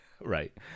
Right